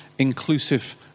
inclusive